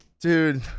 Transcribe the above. Dude